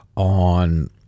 On